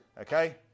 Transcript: okay